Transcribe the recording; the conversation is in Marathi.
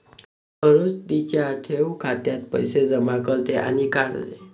सरोज तिच्या ठेव खात्यात पैसे जमा करते आणि काढते